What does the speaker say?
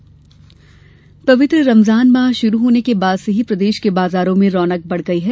रमजान पवित्र रमजान माह शुरू होने के बाद से ही प्रदेश के बाजारों में रौनक बढ़ गई है